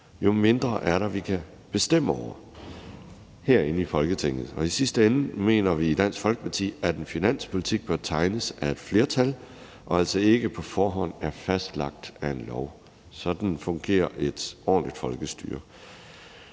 jo mindre er der, vi kan bestemme over herinde i Folketinget. Og i sidste ende mener vi i Dansk Folkeparti, at en finanspolitik bør tegnes af et flertal og altså ikke være fastlagt af en lov på forhånd. Sådan fungerer et ordentligt folkestyre.